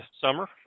summer